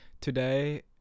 Today